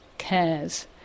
cares